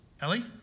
Ellie